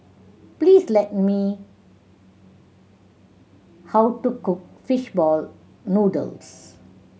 please let me how to cook fish ball noodles